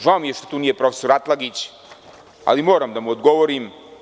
Žao mi je što nije tu profesor Atlagić, ali moram da mu odgovorim.